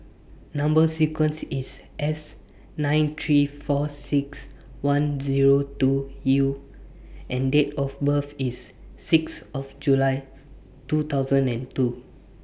Number sequence IS S nine three four six one Zero two U and Date of birth IS six of July two thousand and two